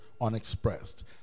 unexpressed